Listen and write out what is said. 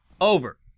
over